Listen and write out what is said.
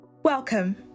Welcome